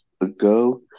ago